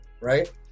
right